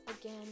Again